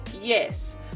Yes